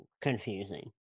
confusing